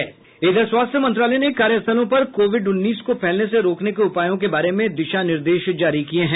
स्वास्थ्य मंत्रालय ने कार्यस्थलों पर कोविड उन्नीसको फैलने से रोकने को उपायों के बारे में दिशा निर्देश जारी किये हैं